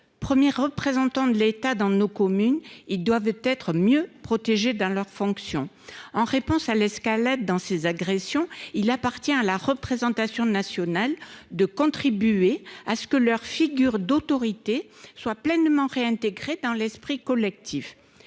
Premiers représentants de l'État dans nos communes, ils doivent être mieux protégés dans leurs fonctions. En réponse à l'escalade du nombre d'agressions, il appartient à la représentation nationale de contribuer à ce que leur figure d'autorité soit pleinement réintégrée dans l'esprit collectif.